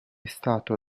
stato